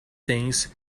things